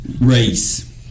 race